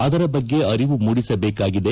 ಅದರ ಬಗ್ಗೆ ಅರಿವು ಮೂಡಿಸಬೇಕಾಗಿದೆ